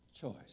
choice